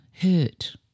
hurt